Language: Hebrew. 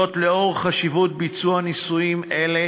זאת, לאור חשיבות ביצוע ניסויים אלה